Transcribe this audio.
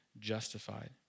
justified